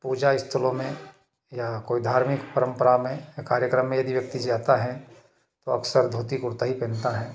पूजा स्थलों में या कोई धार्मिक परंपरा में या कार्यक्रम में यदि व्यक्ति जाता है तो अक्सर धोती कुर्ता ही पहनता है